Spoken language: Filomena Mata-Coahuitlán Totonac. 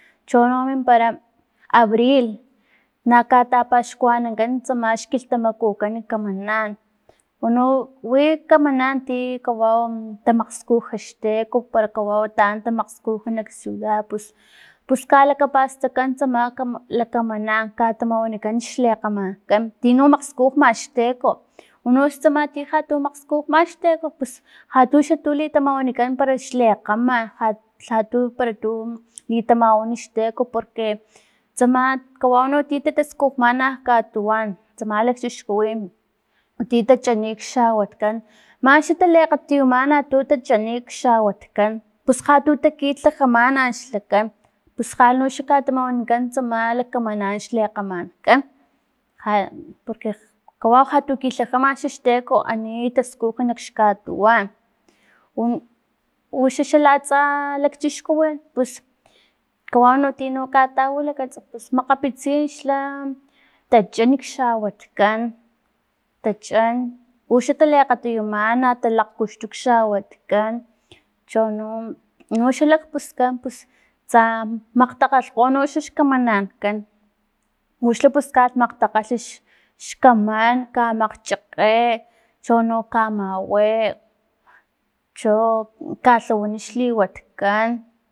Chino mimpara abril, na katapaxkuanankan tsama xkilhtamakukan lakamanan uno wi kamanan ti kawau tamakgskuj xteko para kawau taan tamakgskuj nak ciudadpus pus kalakapastakan tsama kam lakamanan katamawanikan xlekgamankan tino makgskujma xteko, uunoxa tino lhatu makgskujma xteko pus jatu xa tu litamawanikan pero xlekgaman lha- lhatu para tu litamawa xteko porque tsama kawau tino ta taskujmana nak katuwan tsama lakchixkuwin tin tachanik xawatkan mani xa talekgatiyumana tu tachani kxawatkan pus jatu takitlajamana xlakan pusjala xa katamawanikan tsama lakamanan xlekgamanankan ja porque kawau jatu kitlajama xa xteko ani taskuj nakx katuwan, u- uxa xala atsa lakchixkuwin pus kawau untino katawilakats pus makgapitsin xla tacha kxawatkan, tachan uxa taliakgatiyumana talakgkuxtu kxawatkan, chono- no xalakpuskan pus tsa makgtakgalhkgo noxla xkamanankan uxla puskat makgtakgalh x- xkaman kamakgchakge chono kamawe cho kalhawani xliwatkan